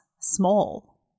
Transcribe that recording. small